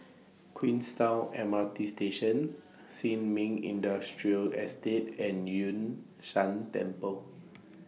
Queenstown M R T Station Sin Ming Industrial Estate and Yun Shan Temple